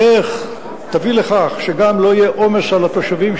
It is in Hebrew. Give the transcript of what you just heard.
איך תביא לכך שגם לא יהיה עומס על התושבים,